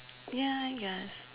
yeah I guess